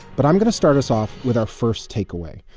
but i'm going to start us off with our first takeaway.